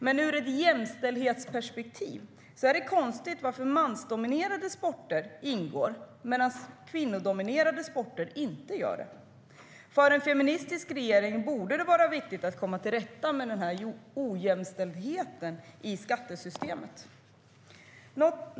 Men i ett jämställdhetsperspektiv är det konstigt att mansdominerade sporter ingår medan kvinnodominerade sporter inte gör det. För en feministisk regering borde det vara viktigt att komma till rätta med den ojämställdheten i skattesystemet.